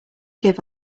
give